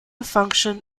function